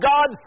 God